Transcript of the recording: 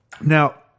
Now